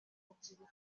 urubyiruko